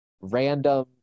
random